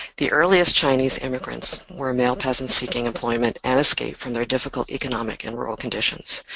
the earliest chinese immigrants were male peasants seeking employment and escape from their difficult economic and rural conditions.